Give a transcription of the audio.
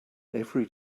every